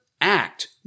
act